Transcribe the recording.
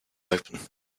open